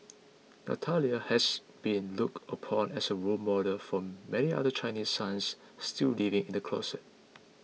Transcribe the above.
Natalia has been looked upon as a role model for many other Chinese sons still living in the closet